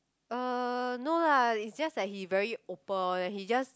uh no lah it's just that he very open and he just